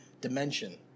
dimension